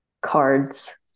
cards